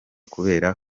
kubera